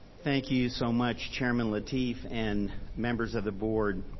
thank you so much. chairman lateef and members of the board.